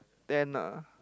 tent ah